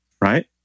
right